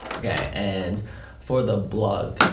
okay and for the blog,